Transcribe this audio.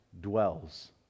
dwells